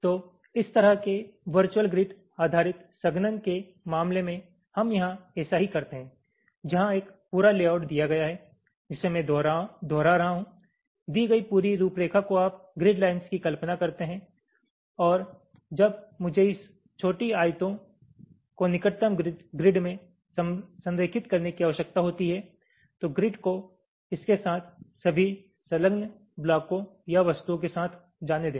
तो इस तरह के वर्चुअल ग्रिड आधारित संघनन के मामले में हम यहाँ ऐसा ही करते हैं जहाँ एक पूरा लेआउट दिया गया है जिसे मैं दोहरा रहा हूँ दी गई पूरी रूपरेखा को आप ग्रिड लाइंस की कल्पना करते हैं और जब मुझे इस छोटी आयतों को निकटतम ग्रिड में संरेखित करने की आवश्यकता होती है तो ग्रिड को इसके साथ सभी संलग्न ब्लॉक या वस्तुओं के साथ जाने दें